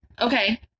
Okay